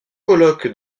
colloque